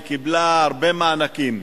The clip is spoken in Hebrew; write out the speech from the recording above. היא קיבלה הרבה מענקים.